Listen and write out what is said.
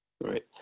Right